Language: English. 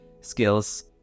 skills